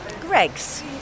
Greg's